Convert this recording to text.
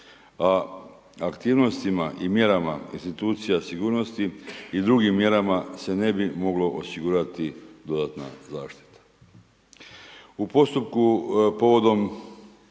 a aktivnostima i mjerama institucija sigurnosti i drugim mjerama se ne bi moglo osigurati dodatna zaštita. U postupku povodom